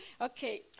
Okay